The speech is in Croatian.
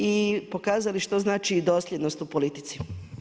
I pokazali što znači dosljednost u politici.